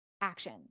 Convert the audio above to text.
action